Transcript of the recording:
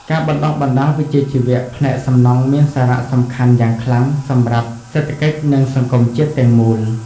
ការបណ្តុះបណ្តាលវិជ្ជាជីវៈផ្នែកសំណង់មានសារៈសំខាន់យ៉ាងខ្លាំងសម្រាប់សេដ្ឋកិច្ចនិងសង្គមជាតិទាំងមូល។